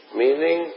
meaning